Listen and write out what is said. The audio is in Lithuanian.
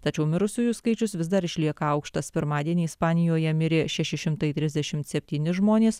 tačiau mirusiųjų skaičius vis dar išlieka aukštas pirmadienį ispanijoje mirė šeši šimtai trisdešimt septyni žmonės